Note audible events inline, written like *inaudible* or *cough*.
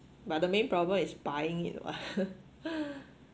but the main problem is buying it [what] *laughs*